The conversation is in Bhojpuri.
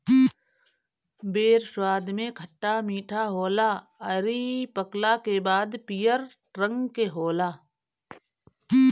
बेर स्वाद में खट्टा मीठा होला अउरी पकला के बाद पियर रंग के होला